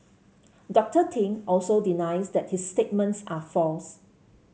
Doctor Ting also denies that his statements are false